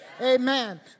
amen